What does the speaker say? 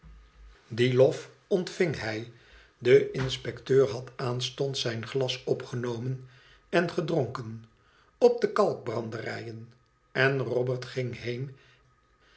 dien lof ontving hij de inspecteur had aanstonds zijn glas opgenomen en gedronken op de kalkbranderijen en robert ging heen